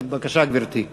בבקשה, גברתי.